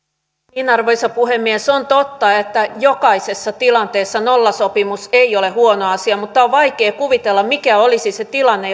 arvoisa puhemies on totta että jokaisessa tilanteessa nollasopimus ei ole huono asia mutta on vaikea kuvitella mikä olisi se tilanne